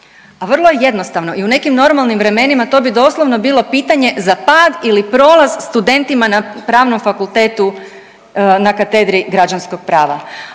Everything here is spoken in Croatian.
A vrlo je jednostavno i u nekim normalnim vremenima to bi doslovno bilo pitanje za pad ili prolaz studentima na pravnom fakultetu na Katedri građanskog prava.